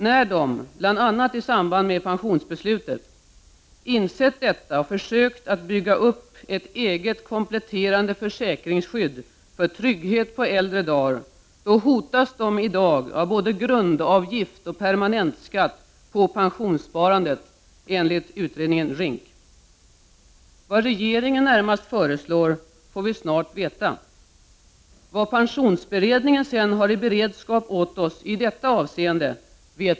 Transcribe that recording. När de bl.a. i samband med pensionsbeslutet insett detta och försökt bygga upp ett eget kompletterande försäkringsskydd för trygghet på äldre dagar, hotas de för det tredje i dag av både ”grundavgift” och permanentskatt på pensionssparandet enligt utredningen RINK. Vad regeringen närmast föreslår kommer vi snart att få veta. Vi vet inte heller ännu vad pensionsberedningen har i beredskap åt oss i detta avseende.